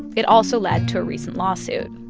it also led to a recent lawsuit.